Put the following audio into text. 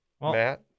Matt